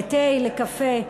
לתה, לקפה.